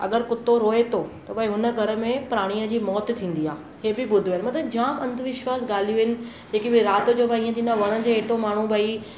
अगरि कुतो रोए थो त भई हुन घर में प्राणीअ जी मौतु थींदी आहे ही बि ॿुधियूं इन मतिलबु जामु अंधविश्वासु ॻाल्हियूं इन जेके राति जो भई हीउ थींदो आहे वण जे हेठां माण्हू भई